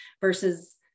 versus